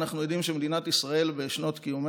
אנחנו יודעים שמדינת ישראל בשנות קיומה